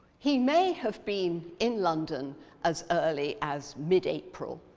he may have been in london as early as mid-april,